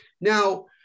Now